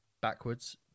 backwards